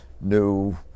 new